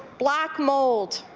black mold.